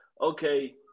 okay